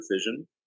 fission